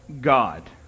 God